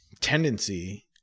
tendency